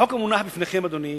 החוק המונח לפניכם, אדוני,